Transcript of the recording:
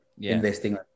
investing